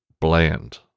bland